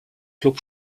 klub